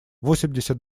восемьдесят